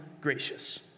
gracious